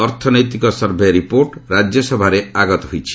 ଅର୍ଥନୈତିକ survey report ରାଜ୍ୟସଭାରେ ଆଗତ ହୋଇଛି